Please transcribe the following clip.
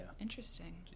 interesting